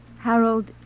Harold